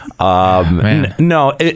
No